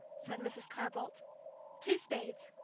said mrs. carr-boldt. two spades.